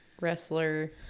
wrestler